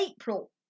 April